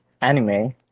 anime